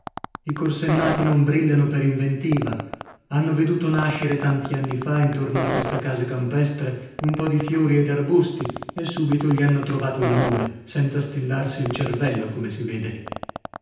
i corsennati non brillano per inventiva hanno veduto nascere tanti anni fa intorno a questa casa campestre un po di fiori e d'arbusti e subito gli hanno trovato il nome senza stillarsi il cervello come si vede